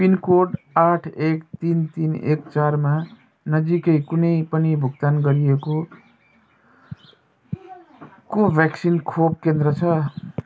pin code आठ एक तिन तिन एक चारमा नजिकै कुनै पनि भुक्तान गरिएको कोभ्याक्सिन खोप केन्द्र छ